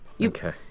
Okay